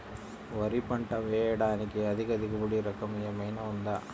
వరి పంట వేయటానికి అధిక దిగుబడి రకం ఏమయినా ఉందా?